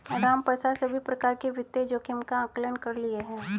रामप्रसाद सभी प्रकार के वित्तीय जोखिम का आंकलन कर लिए है